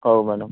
ହଉ ମ୍ୟାଡ଼ାମ୍